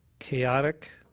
chaotic